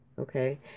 okay